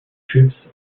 troops